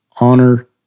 honor